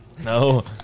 No